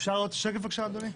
אפשר לראות את השקף בבקשה אדוני?